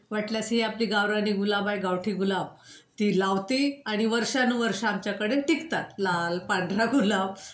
वाटल्यास ही आपली गावरानी गुलाब आहे गावठी गुलाब ती लावती आणि वर्षानुवर्ष आमच्याकडे टिकतात लाल पांढरा गुलाब